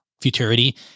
Futurity